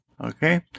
Okay